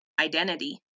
identity